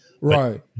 Right